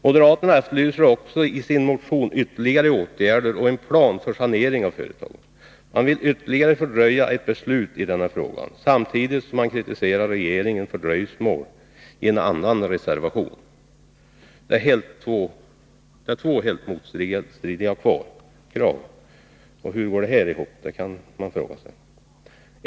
Moderaterna efterlyser också i sin motion ytterligare åtgärder och en plan för sanering av företaget. De vill ytterligare fördröja ett beslut i denna fråga, samtidigt som de i en reservation kritiserar regeringen för dröjsmål. Det är två helt motstridiga krav. Hur går detta ihop?